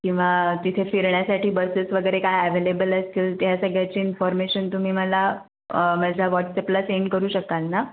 किंवा तिथे फिरण्यासाठी बसेस वगैरे काय अव्हेलेबल असतील त्या सगळ्याची इन्फॉर्मेशन तुम्ही मला माझ्या व्हॉट्सॲपला सेंड करू शकाल ना